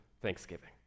thanksgiving